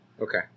Okay